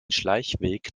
schleichweg